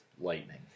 Lightning